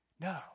No